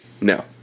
No